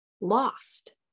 lost